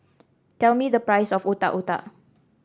tell me the price of Otak Otak